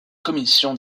commission